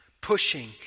pushing